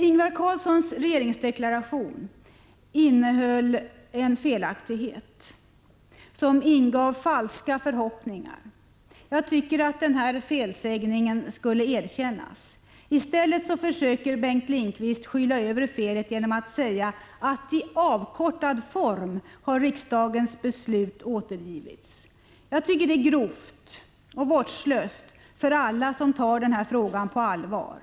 Ingvar Carlssons regeringsdeklaration innehöll en felaktighet, som ingav falska förhoppningar. Jag tycker att denna felsägning skulle erkännas. I stället försöker Bengt Lindqvist skyla över felet genom att säga att riksdagens beslut har återgivits ”i avkortad form”. Jag tycker att det är ett grovt och vårdslöst agerande med tanke på alla dem som tar den här frågan på allvar.